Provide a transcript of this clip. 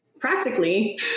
practically